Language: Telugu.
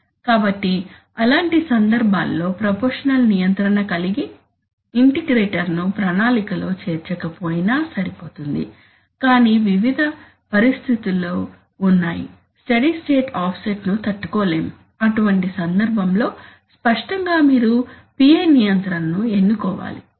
కాబట్టి అలాంటి సందర్భాల్లో ప్రపోర్షషనల్ నియంత్రణ కలిగిన ఇంటిగ్రేటర్ను ప్రణాళికలో చేర్చకపోయినా సరిపోతుంది కానీ వివిధ పరిస్థితులు ఉన్నాయి స్టడీ స్టేట్ ఆఫ్సెట్ను తట్టుకోలేము అటువంటి సందర్భంలో స్పష్టంగా మీరు PI నియంత్రణ ను ఎన్నుకోవాలి